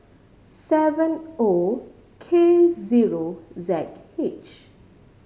seven O K zero Z H